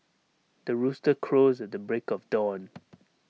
the rooster crows at the break of dawn